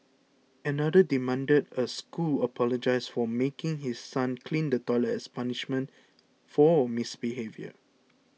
another demanded a school apologise for making his son clean the toilet as punishment for misbehaviour